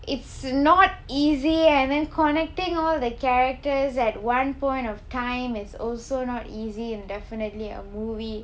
it's not easy and then connecting all the characters at one point of time is also not easy in definitely a movie